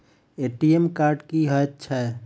ATM card की हएत छै?